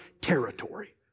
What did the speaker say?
territory